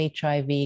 HIV